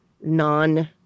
non